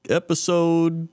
episode